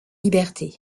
liberté